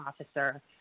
officer